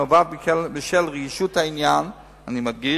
נובעת מרגישות העניין, אני מדגיש,